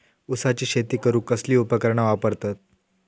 ऊसाची शेती करूक कसली उपकरणा वापरतत?